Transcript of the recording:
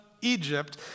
Egypt